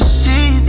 see